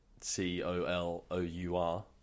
C-O-L-O-U-R